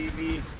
be